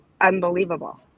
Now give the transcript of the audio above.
unbelievable